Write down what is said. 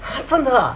!huh! 真的啊